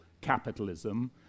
capitalism